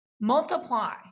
multiply